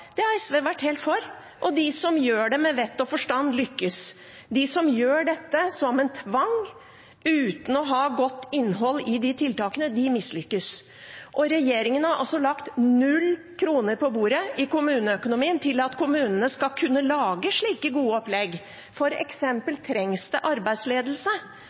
Det har SV vært helt for. De som gjør det med vett og forstand, lykkes. De som gjør dette som en tvang, uten å ha godt innhold i tiltakene, mislykkes. Og regjeringen har lagt null kroner på bordet i kommuneøkonomien for at kommunene skal kunne lage slike gode opplegg. For eksempel trengs det arbeidsledelse.